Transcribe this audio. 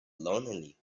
lonely